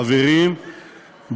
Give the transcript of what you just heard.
חברים,